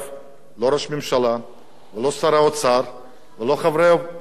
לא ראש הממשלה ולא שר האוצר ולא חברי הקואליציה